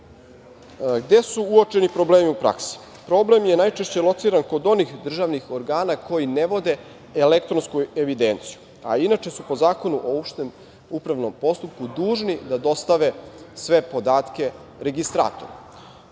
su uočeni problemi u praksi? Problem je najčešće lociran kod onih državnih organa koji ne vode elektronsku evidenciju, a inače su po Zakonu o opštem upravnom postupku dužni da dostave sve podatke registratoru.U